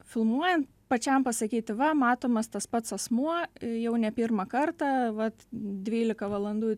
filmuojant pačiam pasakyti va matomas tas pats asmuo jau ne pirmą kartą vat dvylika valandų